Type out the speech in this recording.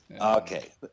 Okay